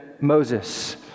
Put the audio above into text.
Moses